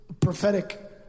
prophetic